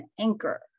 anchor